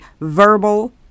verbal